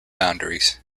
boundaries